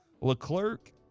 LeClerc